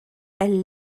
elle